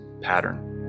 pattern